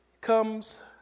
comes